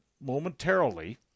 momentarily